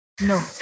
no